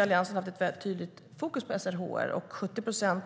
Alliansen har där ett väldigt tydligt fokus på SRHR.